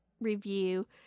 review